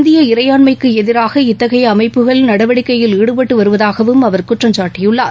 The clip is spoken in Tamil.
இந்திய இறையாண்மைக்கு எதிராக இத்தகைய அமைப்புகள் நடவடிக்கையில் ஈடுபட்டு வருவதாகவும் அவர் குற்றம் சாட்டியுள்ளார்